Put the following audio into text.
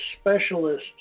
Specialist